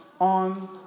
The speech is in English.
on